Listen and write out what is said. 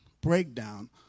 breakdown